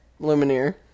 Lumineer